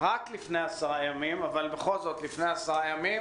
רק לפני עשרה ימים, אבל בכל זאת, לפני עשרה ימים